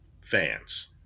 fans